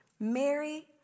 Mary